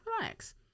relax